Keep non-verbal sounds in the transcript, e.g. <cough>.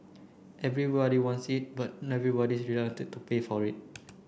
everybody wants it but everybody's <unintelligible> to pay for it